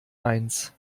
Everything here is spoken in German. eins